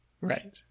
Right